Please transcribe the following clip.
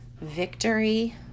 victory